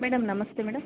madam ನಮಸ್ತೆ madam